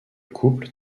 couple